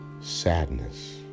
sadness